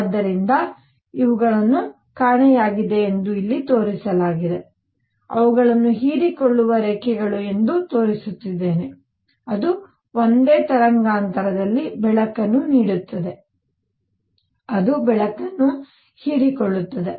ಆದ್ದರಿಂದ ಇವುಗಳನ್ನು ಕಾಣೆಯಾಗಿದೆ ಎಂದು ಇಲ್ಲಿ ತೋರಿಸಲಾಗಿದೆ ಅವುಗಳನ್ನು ಹೀರಿಕೊಳ್ಳುವ ರೇಖೆಗಳು ಎಂದು ತೋರಿಸುತ್ತಿದ್ದೇನೆ ಅದು ಒಂದೇ ತರಂಗಾಂತರದಲ್ಲಿ ಬೆಳಕನ್ನು ನೀಡುತ್ತದೆ ಅದು ಬೆಳಕನ್ನು ಹೀರಿಕೊಳ್ಳುತ್ತದೆ